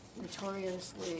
notoriously